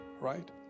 right